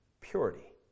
Purity